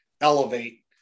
elevate